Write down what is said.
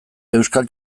euskal